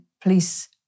police